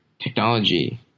technology